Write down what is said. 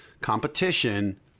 competition